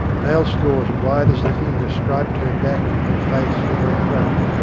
nail-scores wide as the finger striped her back, her face, and her throat,